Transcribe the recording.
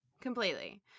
Completely